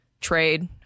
trade